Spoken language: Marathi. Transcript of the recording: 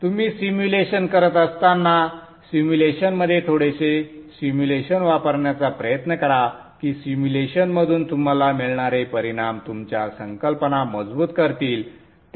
तुम्ही सिम्युलेशन करत असताना सिम्युलेशनमध्ये थोडेसे सिम्युलेशन वापरण्याचा प्रयत्न करा की सिम्युलेशनमधून तुम्हाला मिळणारे परिणाम तुमच्या संकल्पना मजबूत करतील